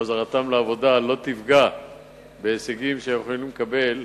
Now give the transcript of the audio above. שחזרתם לעבודה לא תפגע בהישגים שהיו יכולים לקבל